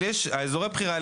אבל אזורי הבחירה האלה,